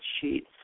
Sheets